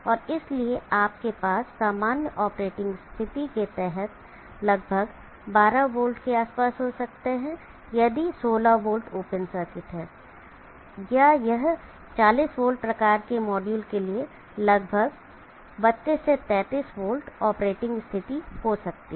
और इसलिए आपके पास सामान्य ऑपरेटिंग स्थिति के तहत लगभग 12 वोल्ट के आसपास हो सकते हैं यदि यह 16 वोल्ट ओपन सर्किट है या यह 40 वोल्ट प्रकार के मॉड्यूल के लिए लगभग 32 से 33 वोल्ट ऑपरेटिंग स्थिति हो सकती है